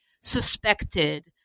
suspected